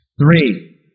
Three